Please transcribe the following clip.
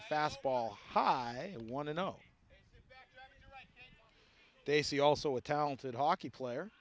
a fast ball high and want to know they see also a talented hockey player